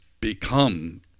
become